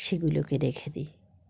সেগুলোকে রেখে দিই